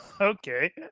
Okay